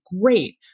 great